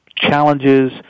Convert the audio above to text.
challenges